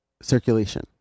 Circulation